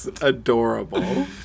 adorable